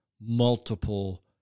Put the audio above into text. multiple